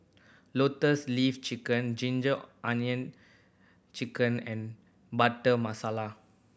Lotus Leaf Chicken ginger onion chicken and Butter Masala